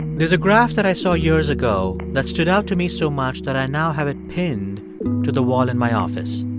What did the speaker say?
there's a graph that i saw years ago that stood out to me so much that i now have it pinned to the wall in my office.